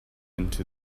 into